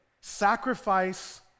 sacrifice